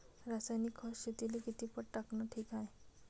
रासायनिक खत शेतीले किती पट टाकनं ठीक हाये?